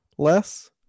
Less